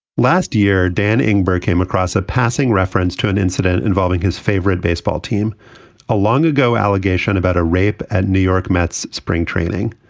last year, dan engberg came across a passing reference to an incident involving his favorite baseball team a long ago allegation about a rape at new york mets spring training.